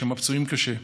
יש שם פצועים קשה.